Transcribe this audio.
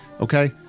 Okay